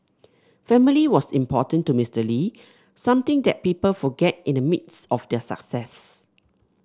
family was important to Mister Lee something that people forget in the midst of their success